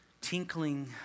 tinkling